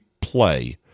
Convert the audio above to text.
play